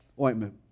ointment